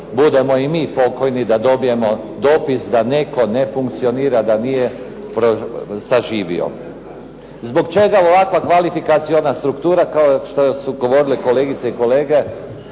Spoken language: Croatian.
budemo i mi pokojni da dobijemo dopis da netko ne funkcionira, da nije saživio. Zbog čega ovakva kvalifikaciona struktura kao što su govorile kolegice i kolege